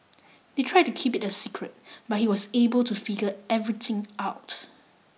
they tried to keep it a secret but he was able to figure everything out